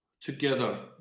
together